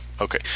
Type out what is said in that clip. Okay